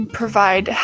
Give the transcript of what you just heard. provide